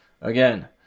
again